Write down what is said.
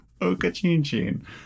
Oka-chin-chin